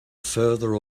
further